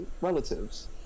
relatives